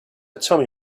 tommy